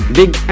big